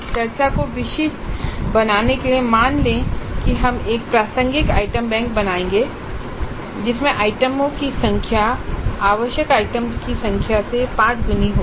चर्चा को विशिष्ट बनाने के लिए मान लें कि हम एक प्रारंभिक आइटम बैंक बनाएंगे जिसमें आइटमों की संख्या आवश्यक आइटमों की संख्या से पांच गुना होगी